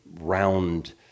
round